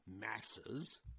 masses